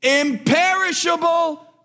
imperishable